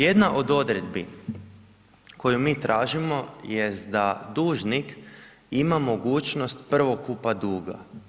Jedna od odredbi koju mi tražimo jest da dužnik ima mogućnost prvokupa duga.